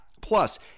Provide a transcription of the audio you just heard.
Plus